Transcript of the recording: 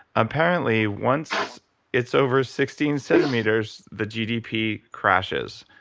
apparently once it's over sixteen centimeters, the gdp crashes.